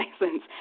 license